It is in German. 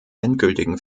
endgültigen